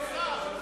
אין